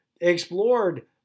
explored